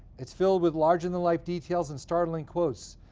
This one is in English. it's filled with larger than life details and startling quotes,